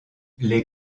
les